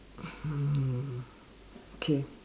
mm K